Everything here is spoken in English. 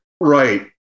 Right